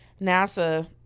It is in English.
NASA